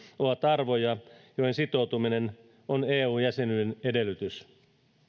ovat arvoja joihin sitoutuminen on eu jäsenyyden edellytys